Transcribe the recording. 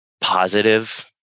positive